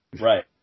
Right